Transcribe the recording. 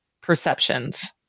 perceptions